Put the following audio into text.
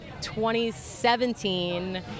2017